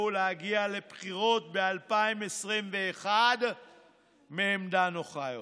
להגיע לבחירות ב-2021 מעמדה נוחה יותר.